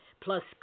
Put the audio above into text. plus